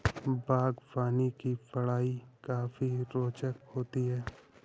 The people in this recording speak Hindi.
बागवानी की पढ़ाई काफी रोचक होती है